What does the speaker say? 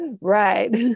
Right